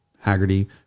Haggerty